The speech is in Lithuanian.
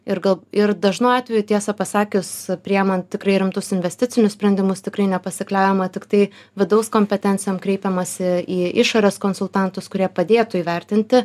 ir gal ir dažnu atveju tiesą pasakius priėmant tikrai rimtus investicinius sprendimus tikrai nepasikliaujama tiktai vidaus kompetencijom kreipiamasi į išorės konsultantus kurie padėtų įvertinti